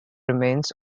remains